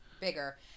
bigger